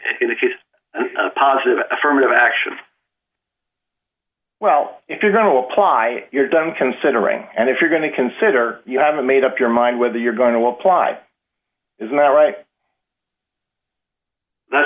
few positive affirmative action well if you're going to apply you're done considering and if you're going to consider you haven't made up your mind whether you're going to apply isn't that right